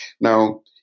Now